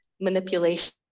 manipulation